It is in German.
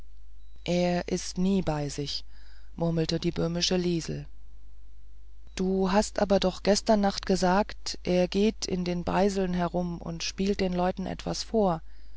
er ist nie bei sich murmelte die böhmische liesel du hast aber doch gestern nacht gesagt er geht in den beiseln herum und spielt den leuten etwas vor